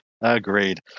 Agreed